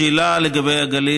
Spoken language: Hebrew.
השאלה לגבי הגליל,